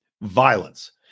violence